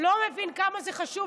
בבקשה,